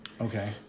Okay